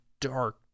dark